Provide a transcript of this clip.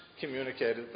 communicated